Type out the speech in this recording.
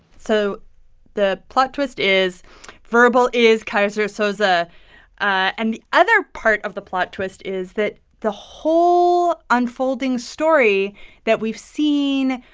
so the plot twist is verbal is keyser soze. ah and the other part of the plot twist is that the whole unfolding story that we've seen,